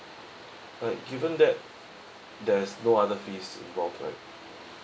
uh given that there's no other fees involve right